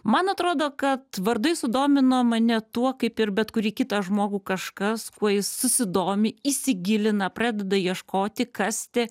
man atrodo kad vardai sudomino mane tuo kaip ir bet kurį kitą žmogų kažkas kuo jis susidomi įsigilina pradeda ieškoti kasti